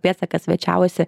pėdsakas svečiavosi